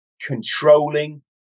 Controlling